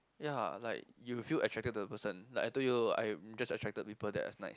ya like you feel attracted to a person like I told you I'm just attracted to people that is nice